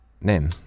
name